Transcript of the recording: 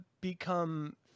become